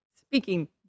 speaking